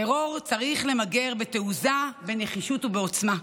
טרור צריך למגר בתעוזה, בנחישות ובעוצמה.